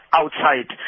outside